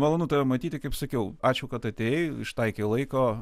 malonu tave matyti kaip sakiau ačiū kad atėjai ištaikei laiko